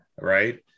right